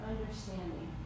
understanding